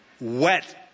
wet